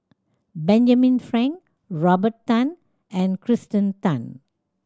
Benjamin Frank Robert Tan and Kirsten Tan